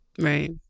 Right